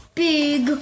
big